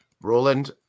Roland